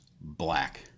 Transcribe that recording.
black